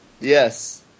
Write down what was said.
Yes